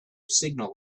signal